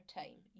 time